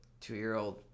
two-year-old